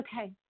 Okay